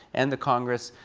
and the congress,